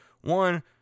One